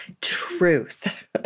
Truth